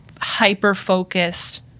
hyper-focused